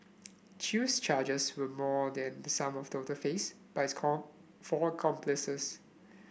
Chew's charges were more than the sum total faced by his come four accomplices